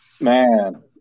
Man